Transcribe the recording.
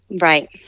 Right